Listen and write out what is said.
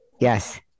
Yes